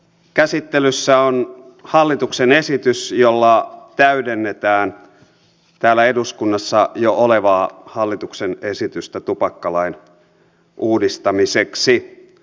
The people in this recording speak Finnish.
käsittelyssä on hallituksen esitys jolla täydennetään täällä eduskunnassa jo olevaa hallituksen esitystä tupakkalain uudistamiseksi